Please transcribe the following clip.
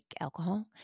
alcohol